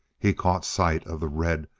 he caught sight of the red,